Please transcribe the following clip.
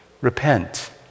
repent